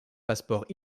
passeport